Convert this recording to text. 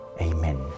Amen